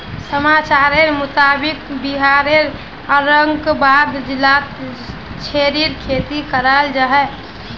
समाचारेर मुताबिक़ बिहारेर औरंगाबाद जिलात चेर्रीर खेती कराल जाहा